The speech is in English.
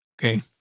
okay